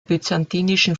byzantinischen